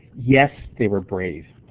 yes, they were brave.